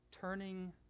Turning